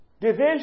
Division